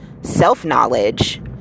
self-knowledge